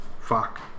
Fuck